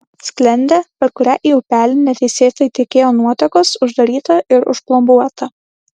sklendė per kurią į upelį neteisėtai tekėjo nuotekos uždaryta ir užplombuota